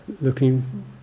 Looking